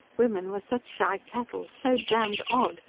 women were such shy cattle, so damned odd!